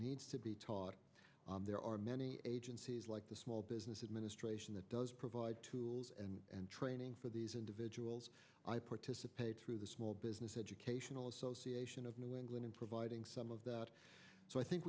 needs to be taught there are many agencies like the small business administration that does provide tools and training for these individuals i participate through the small business educational association of new england in providing some of that so i think